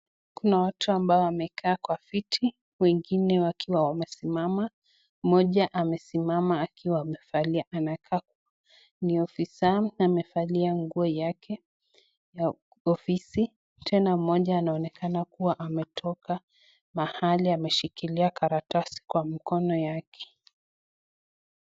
Kuna watu ambao wamekaa kwa viti wengine wakiwa wamesimama. Mmoja amesimama akiwa amevalia anakaa ni afisa amevalia nguo yake ya ofisi, tena mmoja anaonekana kuwa ametoka mahali ameshikilia karatasi kwa mkono yake.